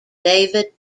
david